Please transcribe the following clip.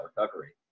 recovery